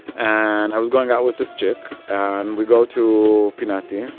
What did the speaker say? and i was going out with this chick, and we go to pinati.